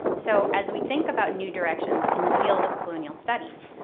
so as we think about new directions in the field of colonial studies,